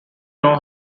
know